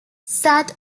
sat